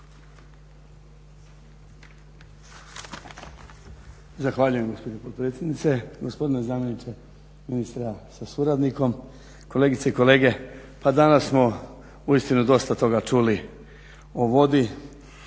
Zahvaljujem gospođo potpredsjednice, gospodine zamjeniče ministra sa suradnikom, kolegice i kolege. Pa danas smo uistinu dosta toga čuli o vodi